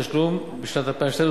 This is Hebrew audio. תשלום בשנת 2012,